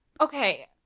okay